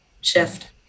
shift